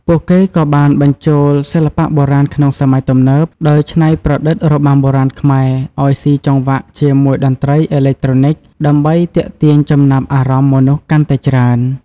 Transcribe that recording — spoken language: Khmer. ពួកគេក៏បានបញ្ចូលសិល្បៈបុរាណក្នុងសម័យទំនើប ដោយច្នៃប្រឌិតរបាំបុរាណខ្មែរឱ្យស៊ីចង្វាក់ជាមួយតន្ត្រីអេឡិចត្រូនិក ដើម្បីទាក់ទាញចំណាប់អារម្មណ៍មនុស្សកាន់តែច្រើន។